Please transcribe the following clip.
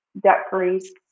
debt-free